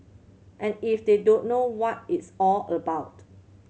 and if they don't know what it's all about